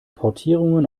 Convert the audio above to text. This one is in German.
portierungen